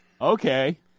Okay